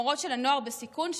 מורות של נוער בסיכון,